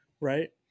Right